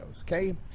okay